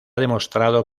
demostrado